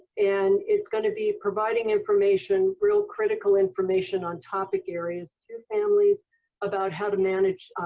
and it's going to be providing information, real critical information on topic areas to families about how to manage